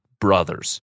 brothers